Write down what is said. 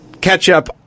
ketchup